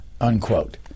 unquote